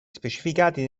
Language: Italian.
specificati